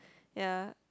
ya